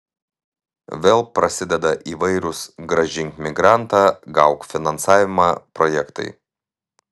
vėl prasideda įvairūs grąžink migrantą gauk finansavimą projektai